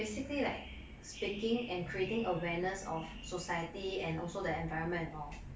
basically like speaking and creating awareness of society and also the environment and all